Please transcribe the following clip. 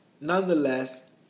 nonetheless